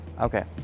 Okay